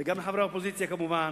וגם לחברי האופוזיציה כמובן,